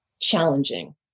challenging